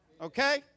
Okay